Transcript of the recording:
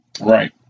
Right